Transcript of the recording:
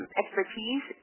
expertise